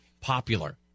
popular